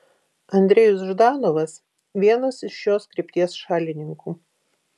andrejus ždanovas vienas iš šios krypties šalininkų